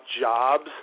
jobs